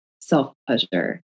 self-pleasure